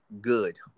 good